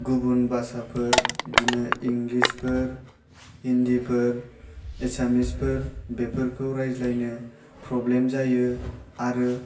गुबुन भासाफोर बिदिनो इंलिस फोर हिन्दिफोर एसामिसफोर बेफोरखौ रायज्लायनो प्रब्लेम जायो आरो